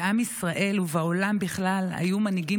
בעם ישראל ובעולם בכלל היו מנהיגים